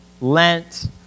Lent